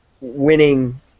winning